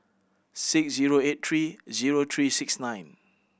six zero eight three zero three six nine